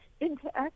interact